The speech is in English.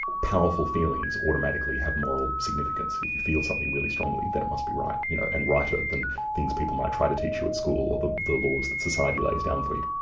powerful feelings automatically have moral significance. if you feel something really strongly, then it must be right, you know and righter than things people might try to teach you at school, or the the laws that society lays down for you.